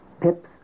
Pip's